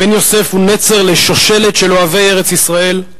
בן יוסף הוא נצר לשושלת של אוהבי ארץ-ישראל,